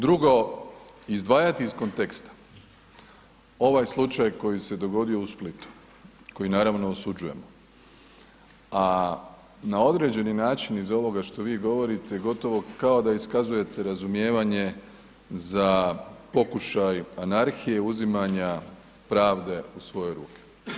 Drugo, izdvajati iz konteksta ovaj slučaj koji se dogodio u Splitu koji naravno osuđujem, a na određeni način iz ovoga što vi govorite gotovo kao da iskazujete razumijevanje za pokušaj anarhije i uzimanja pravde usvoje ruke.